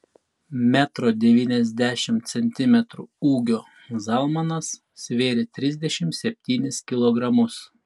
metro devyniasdešimt centimetrų ūgio zalmanas svėrė trisdešimt septynis kilogramus